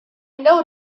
know